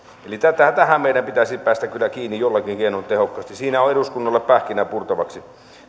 eli tähän meidän pitäisi päästä kyllä kiinni jollakin keinolla tehokkaasti siinä on eduskunnalle pähkinä purtavaksi